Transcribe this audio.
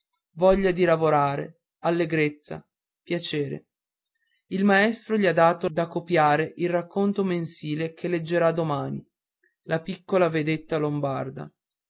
voglia di lavorare allegrezza piacere il maestro gli ha dato da copiare il racconto mensile che leggerà domani la piccola vedetta lombarda